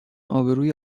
آبروی